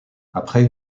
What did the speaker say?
après